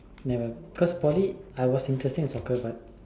never because poly I was interested in soccer but